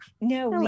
no